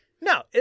No